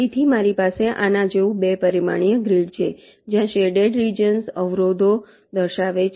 તેથી મારી પાસે આના જેવું 2 પરિમાણીય ગ્રીડ છે જ્યાં શેડેડ રિજન્સ અવરોધો દર્શાવે છે